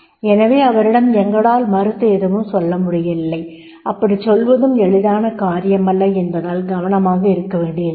எனவே அவரிடம் எங்களால் மறுத்து எதுவும் சொல்ல முடியவில்லை அப்படிச் சொல்வதும் எளிதான காரியமல்ல என்பதால் கவனமாக இருக்கவேண்டியிருந்தது